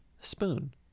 Spoon